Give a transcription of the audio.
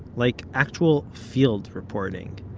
like, actual field reporting.